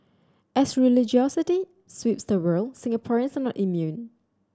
as religiosity sweeps the world Singaporeans are not immune